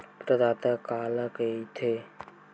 प्रदाता काला कइथे?